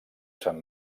sant